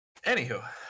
Anywho